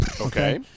Okay